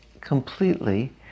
completely